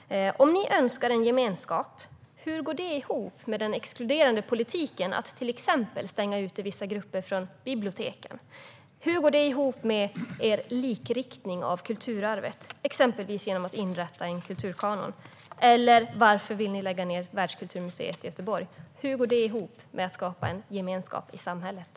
Om ni önskar en gemenskap undrar jag hur det går ihop med den exkluderande politiken om att till exempel stänga ute vissa grupper från biblioteken. Hur går det ihop med er likriktning av kulturarvet, exempelvis genom inrättandet av en kulturkanon? Varför vill ni lägga ned Världskulturmuseet i Göteborg? Hur går det ihop med att skapa en gemenskap i samhället?